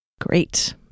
Great